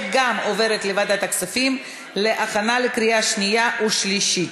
ועוברת לוועדת הכספים להכנה לקריאה שנייה ושלישית.